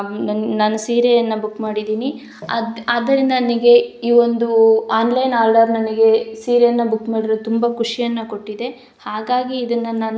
ನನ್ನ ನನ್ನ ಸೀರೆಯನ್ನು ಬುಕ್ ಮಾಡಿದೀನಿ ಅದು ಆದ್ದರಿಂದ ನನಗೆ ಈ ಒಂದು ಆನ್ಲೈನ್ ಆರ್ಡರ್ ನನಗೆ ಸೀರೆಯನ್ನು ಬುಕ್ ಮಾಡಿರೋದು ತುಂಬ ಖುಷಿಯನ್ನ ಕೊಟ್ಟಿದೆ ಹಾಗಾಗಿ ಇದನ್ನ ನಾನು